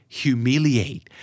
humiliate